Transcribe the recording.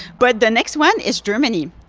but the next one is germany.